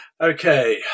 Okay